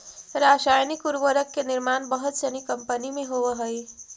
रसायनिक उर्वरक के निर्माण बहुत सनी कम्पनी में होवऽ हई